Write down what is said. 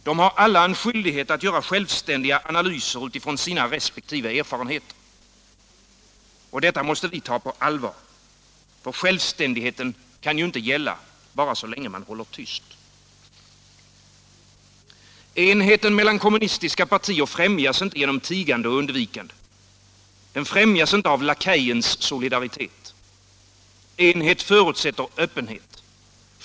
De har alla en skyldighet att göra självständiga analyser utifrån sina resp. erfarenheter. Detta måste vi ta på allvar. Ty självständigheten kan ju inte gälla bara så länge man håller tyst. Enheten mellan kommunistiska partier främjas inte genom tigande och undvikande. Den främjas inte av lakejens solidaritet. Enhet förutsätter öppenhet.